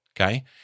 okay